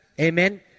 Amen